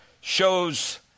shows